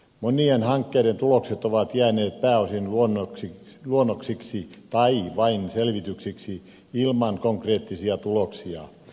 monien hankkeiden tulokset ovat jääneet pääosin luonnoksiksi tai vain selvityksiksi ilman konkreettisia tuloksia